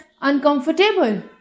uncomfortable